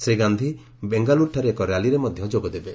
ଶ୍ରୀ ଗାନ୍ଧି ବେଙ୍ଗାଲ୍ଟରୁଠାରେ ଏକ ର୍ୟାଲିରେ ମଧ୍ୟ ଯୋଗ ଦେବେ